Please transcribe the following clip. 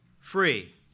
free